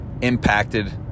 impacted